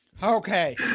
Okay